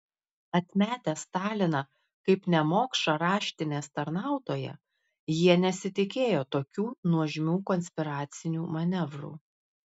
atmetę staliną kaip nemokšą raštinės tarnautoją jie nesitikėjo tokių nuožmių konspiracinių manevrų